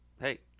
hey